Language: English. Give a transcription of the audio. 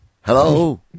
Hello